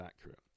accurate